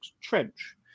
Trench